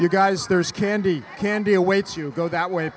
you guys there's candy candy awaits you go that way